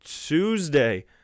Tuesday